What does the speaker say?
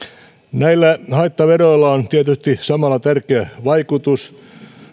näillä haittaveroilla on tietysti samalla tärkeä vaikutus